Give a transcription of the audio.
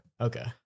Okay